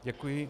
Děkuji.